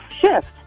shift